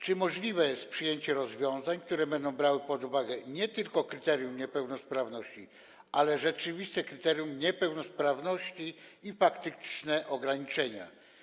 Czy możliwe jest przyjęcie rozwiązań, które będą brały pod uwagę nie tylko formalne kryterium niepełnosprawności, ale rzeczywiste kryterium niepełnosprawności i faktyczne ograniczenia?